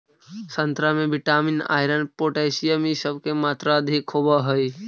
संतरा में vitamin, iron, potassium इ सब के मात्रा अधिक होवऽ हई